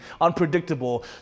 unpredictable